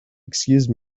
excuse